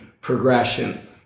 progression